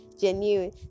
genuine